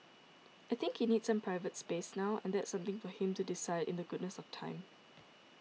I think he needs some private space now and that's something for him to decide in the goodness of time